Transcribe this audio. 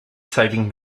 saving